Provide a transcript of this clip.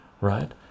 right